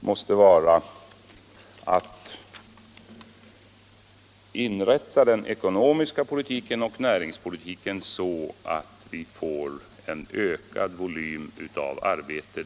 måste vara att inrätta den ekonomiska politiken och näringspolitiken så att vi får en ökad volym av arbeten.